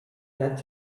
that